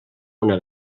una